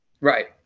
right